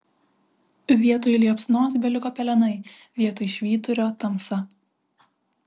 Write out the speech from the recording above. vietoj liepsnos beliko pelenai vietoj švyturio tamsa